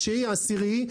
התשיעי והעשירי,